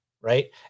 right